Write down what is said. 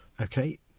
Okay